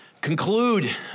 conclude